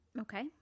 Okay